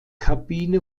kabine